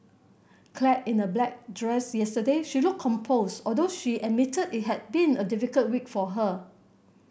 clad in a black dress yesterday she looked composed although she admitted it had been a difficult week for her